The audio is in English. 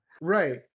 right